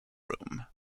room